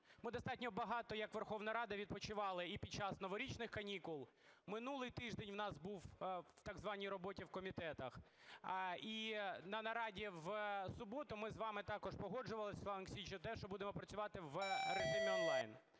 Ми достатньо багато як Верховна Рада відпочивали і під час новорічних канікул, минулий тиждень у нас був в так званій роботі в комітетах. І на нараді в суботу ми з вами також погоджували, Руслане Олексійовичу, те, що будемо працювати в режимі онлайн